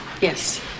Yes